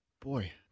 boy